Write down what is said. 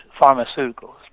pharmaceuticals